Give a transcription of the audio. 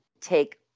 take